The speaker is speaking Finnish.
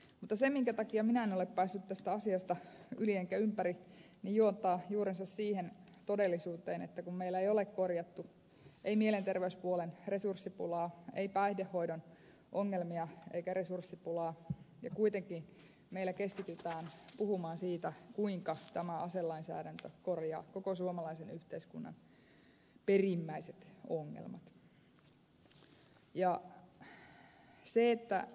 mutta se minkä takia minä en ole päässyt tästä asiasta yli enkä ympäri juontaa juurensa siihen todellisuuteen että meillä ei ole korjattu mielenterveyspuolen resurssipulaa ei päihdehoidon ongelmia eikä resurssipulaa ja kuitenkin meillä keskitytään puhumaan siitä kuinka tämä aselainsäädäntö korjaa koko suomalaisen yhteiskunnan perimmäiset ongelmat